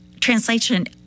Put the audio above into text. translation